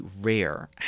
rare